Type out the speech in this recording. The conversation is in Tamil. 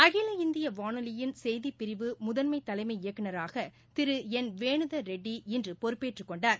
அகில இந்தியவானொலியின் செய்திப் பிரிவு முதன்மைதலைமை இயக்குநராகதிருஎன் வேனுதர் ரெட்டி இன்றுபொறுப்பேற்றுக் கொண்டார்